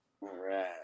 right